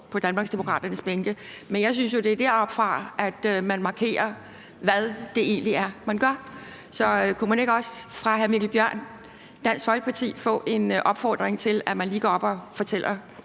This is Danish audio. på Danmarksdemokraternes bænke. Men jeg synes jo, at det er deroppefra, at man markerer, hvad det egentlig er, man gør. Så kunne man ikke også fra hr. Mikkel Bjørn, Dansk Folkeparti, få en opfordring til, at man lige går op og fortæller